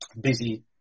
busy